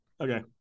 Okay